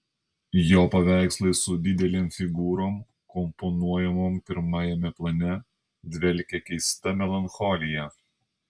jo paveikslai su didelėm figūrom komponuojamom pirmajame plane dvelkia keista melancholija